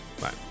Bye